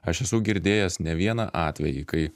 aš esu girdėjęs ne vieną atvejį kai